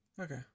Okay